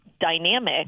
dynamic